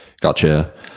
Gotcha